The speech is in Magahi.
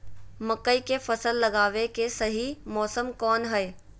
मकई के फसल लगावे के सही मौसम कौन हाय?